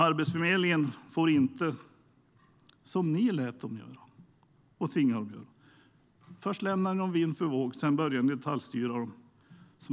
Arbetsförmedlingen får inte, som ni gjorde, först lämnas vind för våg och sedan detaljstyras.